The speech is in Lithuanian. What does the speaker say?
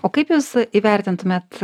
o kaip jūs įvertintumėt